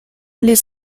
les